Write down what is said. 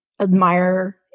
admire